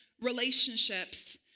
relationships